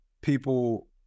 people